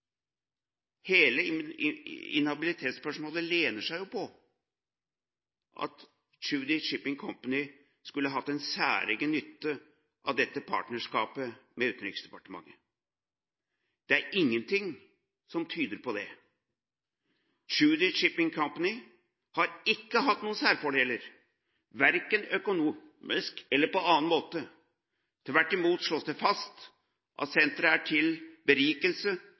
Hele inhabilitetsspørsmålet lener seg jo på at Tschudi Shipping Company skulle ha hatt en særegen nytte av dette partnerskapet med Utenriksdepartementet. Det er ingenting som tyder på det. Tschudi Shipping Company har ikke hatt noen særfordeler, verken økonomisk eller på annen måte. Tvert imot slås det fast at senteret er til berikelse